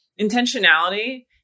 Intentionality